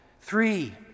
Three